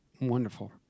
Wonderful